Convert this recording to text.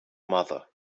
mother